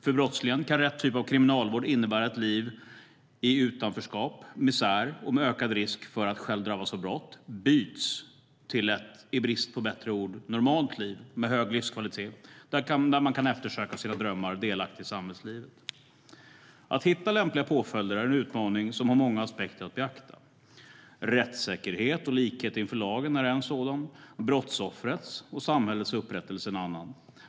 För brottslingen kan rätt typ av kriminalvård innebära att ett liv i utanförskap och misär med ökad risk att själv drabbas av brott byts till ett - i brist på bättre ord - normalt liv med hög livskvalitet där man kan söka sina drömmar och vara delaktig i samhällslivet. Att hitta lämpliga påföljder är en utmaning som har många aspekter att beakta. Rättssäkerhet och likhet inför lagen är en sådan, brottsoffrets och samhällets upprättelse en annan.